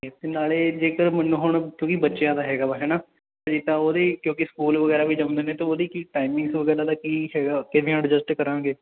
ਇੱਕ ਨਾਲੇ ਜੇਕਰ ਮੈਨੂੰ ਹੁਣ ਕਿਉਂਕਿ ਬੱਚਿਆ ਦਾ ਹੈਗਾ ਵਾ ਹੈ ਨਾ ਅਤੇ ਤਾਂ ਉਹਦੀ ਕਿਉਂਕਿ ਸਕੂਲ ਵਗੈਰਾ ਵੀ ਜਾਂਦੇ ਨੇ ਤਾਂ ਉਹਦੀ ਕੀ ਟਾਈਮਿੰਗ ਉਹਨਾਂ ਦਾ ਕੀ ਹੈਗਾ ਕਿਵੇਂ ਐਡਜਸਟ ਕਰਾਂਗੇ